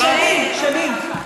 שנים, שנים, שנים.